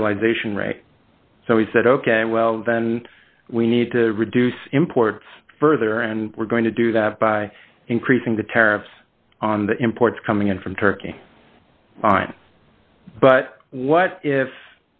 utilization rate so we said ok well then we need to reduce imports further and we're going to do that by increasing the tariffs on the imports coming in from turkey but what if